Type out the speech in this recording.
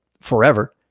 forever